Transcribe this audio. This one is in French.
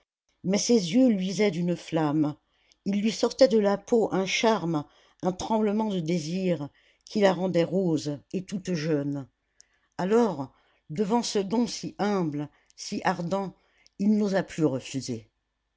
mais ses yeux luisaient d'une flamme il lui sortait de la peau un charme un tremblement de désir qui la rendait rose et toute jeune alors devant ce don si humble si ardent il n'osa plus refuser